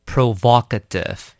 Provocative